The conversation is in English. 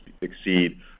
exceed